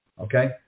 okay